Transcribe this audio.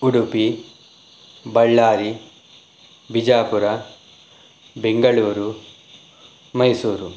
Udupi Ballari Bijapur Bengaluru Mysuru